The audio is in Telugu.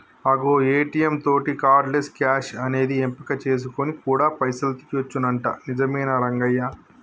అగో ఏ.టీ.యం తోటి కార్డు లెస్ క్యాష్ అనేది ఎంపిక చేసుకొని కూడా పైసలు తీయొచ్చునంట నిజమేనా రంగయ్య